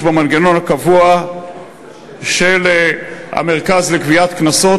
במנגנון הקבוע של המרכז לגביית קנסות,